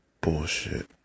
bullshit